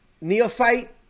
neophyte